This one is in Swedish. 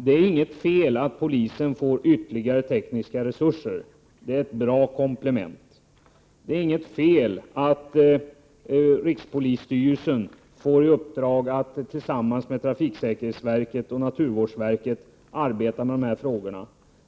Det är inget fel att polisen får ytterligare tekniska resurser — det är ett bra komplement. Det är inget fel att rikspolisstyrelsen får i uppdrag att tillsammans med trafiksäkerhetsverket och naturvårdsverket arbeta med de här frågorna.